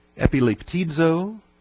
epileptizo